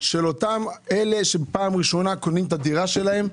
של אותם אלה שבפעם הראשונה קונים את הדירה שלהם,